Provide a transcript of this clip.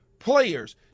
Players